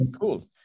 cool